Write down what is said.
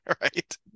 right